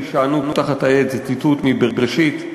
והשענו תחת העץ'" זה ציטוט מבראשית,